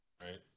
right